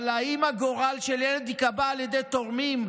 אבל האם הגורל של ילד ייקבע על ידי תורמים?